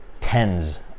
tens